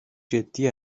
جدی